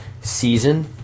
season